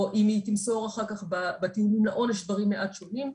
או אם היא תמסור אחר כך בטיעונים לעונש דברים מעט שונים,